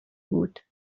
بود